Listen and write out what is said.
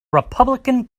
republican